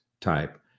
type